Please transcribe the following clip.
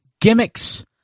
gimmicks